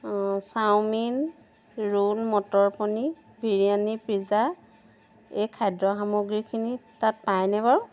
অঁ chowmein roll matar paneer biryani pizza এই খাদ্য সামগ্ৰীখিনি তাত পাইনে বাৰু